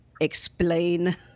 explain